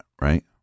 right